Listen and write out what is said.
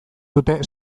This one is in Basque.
dute